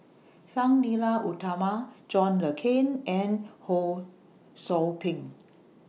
Sang Nila Utama John Le Cain and Ho SOU Ping